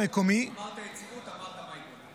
אמרת יציבות, אמרת מאי גולן.